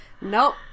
Nope